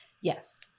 Yes